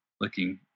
looking